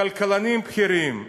כלכלנים בכירים,